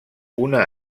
una